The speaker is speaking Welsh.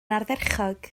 ardderchog